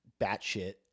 batshit